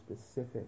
specific